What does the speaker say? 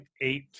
eight